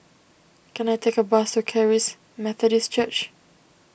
can I take a bus to Charis Methodist Church